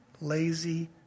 lazy